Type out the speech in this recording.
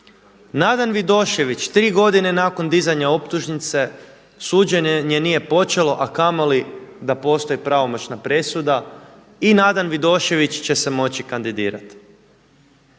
Nadan Vidošević tri godine nakon dizanja optužnice suđenje nije počelo, a kamoli da postoji pravomoćna presuda i Nadan Vidošević će se moći kandidirat.